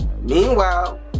Meanwhile